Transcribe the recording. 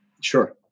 Sure